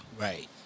Right